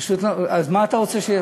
אז מה אתה רוצה,